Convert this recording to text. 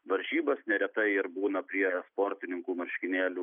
varžybas neretai ir būna prie sportininkų marškinėlių